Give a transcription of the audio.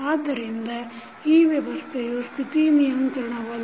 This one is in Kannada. ಆದ್ದರಿಂದ ಈ ವ್ಯವಸ್ಥೆಯು ಸ್ಥಿತಿ ನಿಯಂತ್ರಣವಲ್ಲ